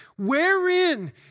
Wherein